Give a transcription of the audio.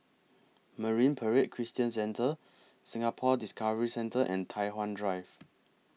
Marine Parade Christian Centre Singapore Discovery Centre and Tai Hwan Drive